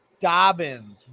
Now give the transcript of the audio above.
Dobbins